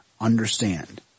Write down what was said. understand